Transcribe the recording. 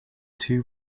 two